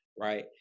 right